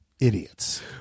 Idiots